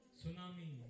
Tsunami